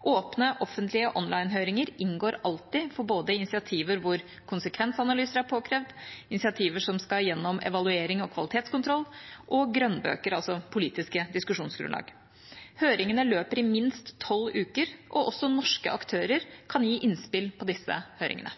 Åpne, offentlige online-høringer inngår alltid for både initiativ der konsekvensanalyser er påkrevd, initiativ som skal igjennom evaluering og kvalitetskontroll, og grønnbøker, altså politiske diskusjonsgrunnlag. Høringene løper i minst tolv uker, og også norske aktører kan gi innspill på disse høringene.